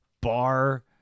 bar